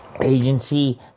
agency